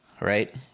right